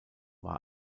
war